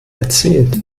erzählt